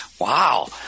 Wow